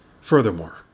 Furthermore